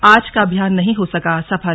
आज का अभियान नहीं हो सका सफल